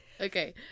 Okay